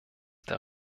der